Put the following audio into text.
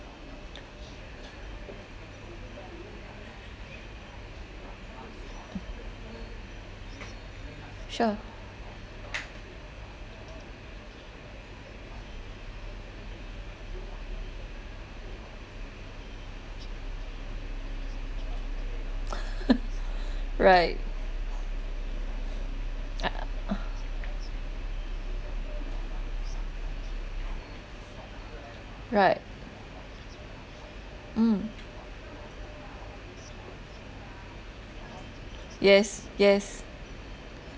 sure right uh right mm yes yes